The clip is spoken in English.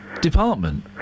department